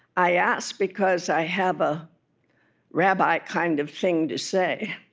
i ask, because i have a rabbi kind of thing to say